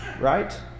right